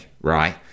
right